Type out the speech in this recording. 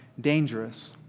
dangerous